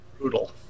brutal